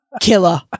Killer